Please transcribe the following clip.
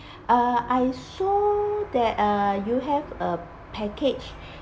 uh I saw that uh you have a package